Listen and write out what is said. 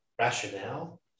rationale